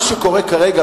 מה שקורה כרגע,